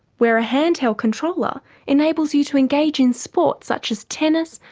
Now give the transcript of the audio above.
where a hand-held controller enables you to engage in sports such as tennis,